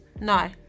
no